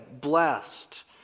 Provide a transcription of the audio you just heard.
blessed